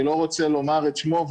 אני לא רוצה לומר את שמו.